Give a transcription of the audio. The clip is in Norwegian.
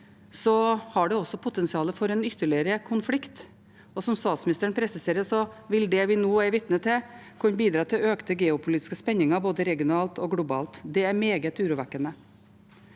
har det også potensial for en ytterligere konflikt. Som statsministeren presiserte, vil det vi nå er vitne til, kunne bidra til økte geopolitiske spenninger både regionalt og globalt. Det er meget urovekkende.